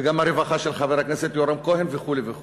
וגם הרווחה, של חבר הכנסת יורם כהן, וכו' וכו'.